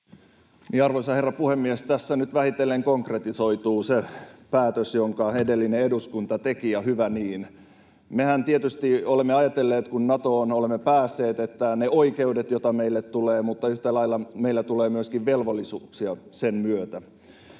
Arvoisa herra puhemies! Tässä nyt vähitellen konkretisoituu se päätös, jonka edellinen eduskunta teki, ja hyvä niin. Mehän tietysti olemme ajatelleet, kun Natoon olemme päässeet, niitä oikeuksia, joita meille tulee, mutta yhtä lailla meille tulee myöskin velvollisuuksia sen myötä.